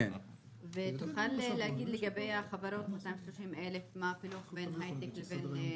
תוכל להגיד לגבי החברות 230,000 בין הייטק לבין התעשייה...